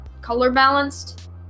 color-balanced